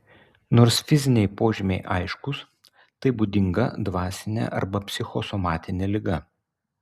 nors fiziniai požymiai aiškūs tai būdinga dvasinė arba psichosomatinė liga